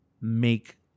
make